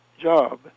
job